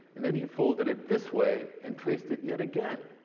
and then he folded it this way and traced it yet again.